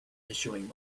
issuing